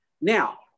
Now